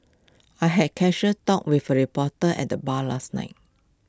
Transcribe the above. I had A casual chat with A reporter at the bar last night